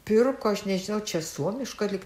pirko aš nežinau čia suomiška lyg